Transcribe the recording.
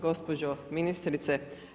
Gospođo ministrice.